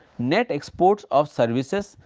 net exports of services,